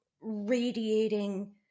radiating